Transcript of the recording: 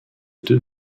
deux